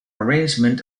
arrangement